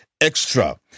Extra